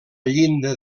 llinda